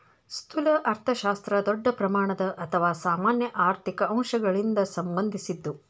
ಸ್ಥೂಲ ಅರ್ಥಶಾಸ್ತ್ರ ದೊಡ್ಡ ಪ್ರಮಾಣದ ಅಥವಾ ಸಾಮಾನ್ಯ ಆರ್ಥಿಕ ಅಂಶಗಳಿಗ ಸಂಬಂಧಿಸಿದ್ದು